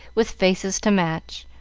with faces to match.